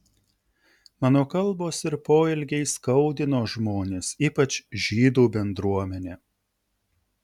mano kalbos ir poelgiai skaudino žmones ypač žydų bendruomenę